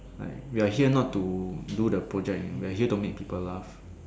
like we are here not to do the project you know we're here to make people laugh